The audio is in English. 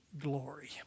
glory